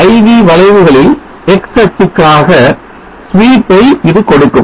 I V வளைவுகளில் X அச்சுக்காக sweep ஐ இது கொடுக்கும்